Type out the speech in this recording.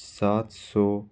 सात स